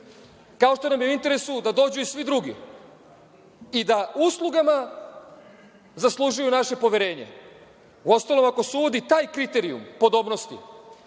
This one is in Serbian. kao što nam je u interesu da dođu i svi drugi i da uslugama zaslužuju naše poverenje. Uostalom, ako se uvodi taj kriterijum podobnosni,